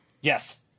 Yes